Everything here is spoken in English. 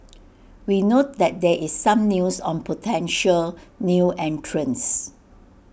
we note that there is some news on potential new entrants